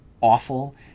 awful